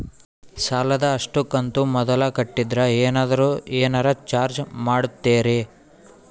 ಸಾಲದ ಅಷ್ಟು ಕಂತು ಮೊದಲ ಕಟ್ಟಿದ್ರ ಏನಾದರೂ ಏನರ ಚಾರ್ಜ್ ಮಾಡುತ್ತೇರಿ?